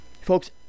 Folks